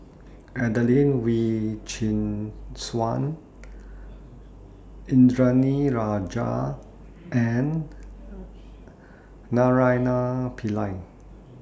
Adelene Wee Chin Suan Indranee Rajah and Naraina Pillai